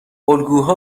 الگوها